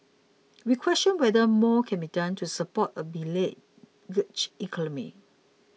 we question whether more can be done to support a beleaguered economy